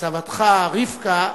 סבתך רבקה,